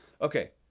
okay